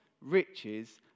riches